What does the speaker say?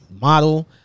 model